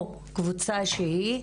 או קבוצה שהיא,